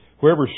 Whoever